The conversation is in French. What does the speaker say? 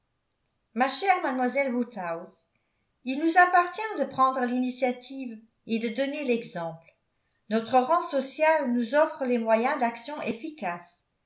ma chère mademoiselle woodhouse il nous appartient de prendre l'initiative et de donner l'exemple notre rang social nous offre les moyens d'action efficace